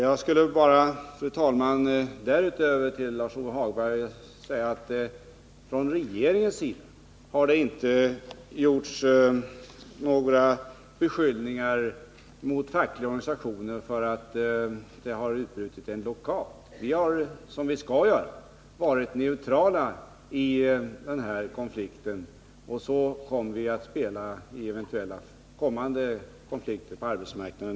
Jag skulle, fru talman, därutöver till Lars-Ove Hagberg bara vilja säga att det från regeringens sida inte har gjorts några beskyllningar mot fackliga organisationer för att det har utbrutit en blockad. Vi har — som vi skall göra — ställt oss neutrala i konflikten, och så kommer vi att ställa oss också i eventuella kommande konflikter på arbetsmarknaden.